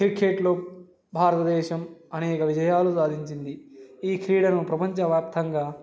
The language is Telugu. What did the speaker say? క్రికెట్లో భారతదేశం అనేక విజయాలు సాధించింది ఈ క్రీడను ప్రపంచవ్యాప్తంగా